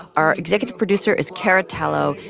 our executive producer is cara tallo.